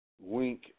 Wink